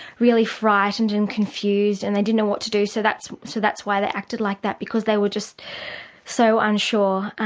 really frightened and confused and they didn't know what to do. so that's so that's why they acted like that, because they were just so unsure,